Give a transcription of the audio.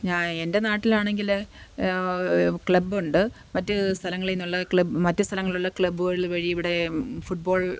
ഞാൻ എൻ്റെ നാട്ടിലാണെങ്കിൽ ക്ലബ്ബുണ്ട് മറ്റു സ്ഥലങ്ങളിൽ നിന്നുള്ള മറ്റ് സ്ഥലങ്ങളിലുള്ള ക്ലബ്ബുകൾ വഴി ഇവിടെ ഫുട്ബോൾ